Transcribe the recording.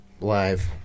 live